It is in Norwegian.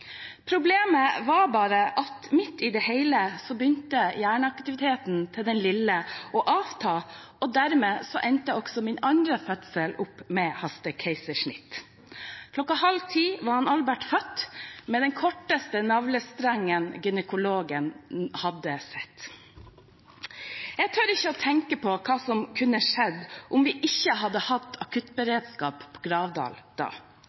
Problemet var bare at midt i det hele begynte hjerneaktiviteten til den lille å avta, og dermed endte også min andre fødsel opp med hastekeisersnitt. Klokken halv ti var Albert født – med den korteste navlestrengen gynekologen hadde sett. Jeg tør ikke tenke på hva som kunne skjedd om vi ikke hadde hatt akuttberedskap på Gravdal da.